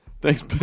Thanks